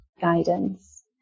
guidance